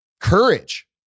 courage